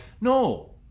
no